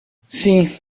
sim